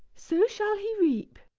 so shall he reap.